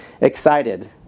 excited